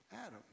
Adam